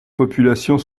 populations